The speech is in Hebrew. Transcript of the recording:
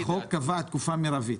החוק קבע תקופה מרבית.